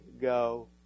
go